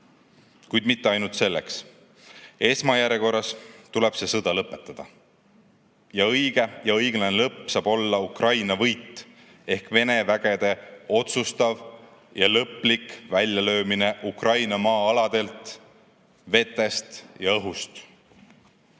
kuid mitte ainult selleks. Esmajärjekorras tuleb see sõda lõpetada. Õige ja õiglane lõpp saab olla Ukraina võit ehk Vene vägede otsustav ja lõplik väljalöömine Ukraina maa-aladelt, vetest ja õhust.